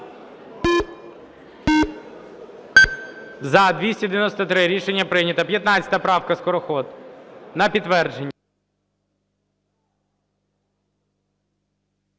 За-293 Рішення прийнято. 15 правка, Скороход, на підтвердження.